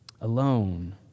alone